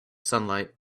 sunlight